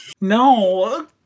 No